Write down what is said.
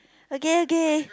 okay okay